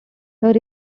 here